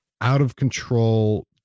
out-of-control